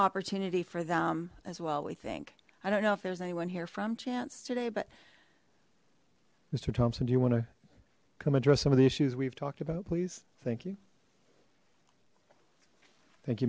opportunity for them as well we think i don't know if there's anyone here from chance today but mister thompson do you want to come address some of the issues we've talked about please thank you thank you